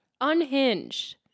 Unhinged